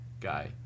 guy